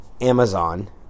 Amazon